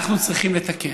אנחנו צריכים לתקן.